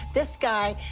this guy,